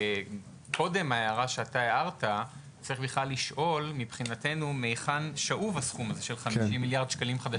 שקודם צריך לשאול מהיכן בכלל שאוב הסכום הזה של 50 מיליארד ₪?